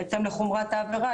בהתאם לחומרת העבירה,